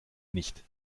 nicht